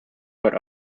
but